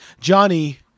johnny